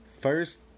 First